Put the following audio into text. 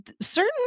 certain